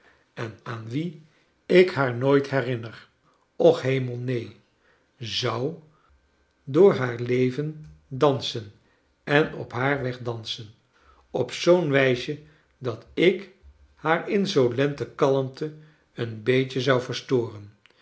en aan wie ik haar nooit herinner och hemel neen zou door haar leven dansen en op haar weg dansen op zoo'n wijsje dat ik haar insolente kalmte een beetje zou verstoren